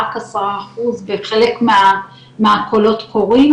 רק עשרה אחוז וחלק מהקולות קורים